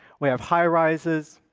we have high rises,